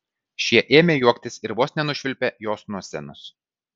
šie ėmė juoktis ir vos nenušvilpė jos nuo scenos